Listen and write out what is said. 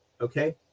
okay